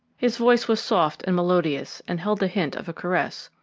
his voice was soft and melodious, and held the hint of a caress.